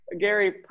Gary